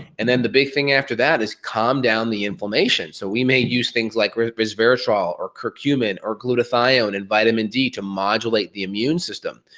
and then the big thing after that is calm down the inflammation. so, we may use things like re resveratrol or curcumin, or glutathione and vitamin-d to modulate the immune system.